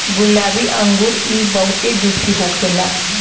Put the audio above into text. गुलाबी अंगूर इ बहुते जूसी होखेला